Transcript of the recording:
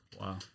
Wow